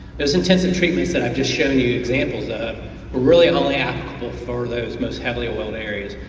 those intensive treatments that i just showed you examples of, were really only applicable for those most heavily oiled areas.